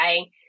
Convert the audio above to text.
okay